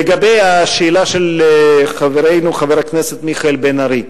לגבי השאלה של חברנו חבר הכנסת מיכאל בן-ארי,